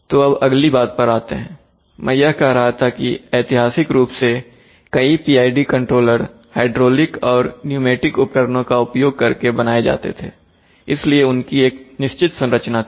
तो अब अगली बात पर आते हैं मैं कह रहा था कि ऐतिहासिक रूप से कई PID कंट्रोलर हाइड्रोलिक और न्यूमेटिक उपकरणों का उपयोग करके बनाए जाते थे इसलिए उनकी एक निश्चित संरचना थी